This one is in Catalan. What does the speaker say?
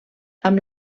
amb